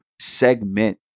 segment